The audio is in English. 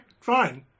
fine